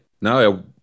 No